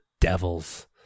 Devils